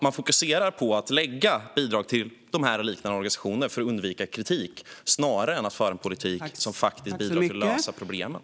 Man fokuserar på att ge bidrag till denna och liknande organisationer för att undvika kritik snarare än att föra en politik som bidrar till att lösa problemen.